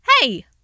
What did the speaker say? Hey